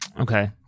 Okay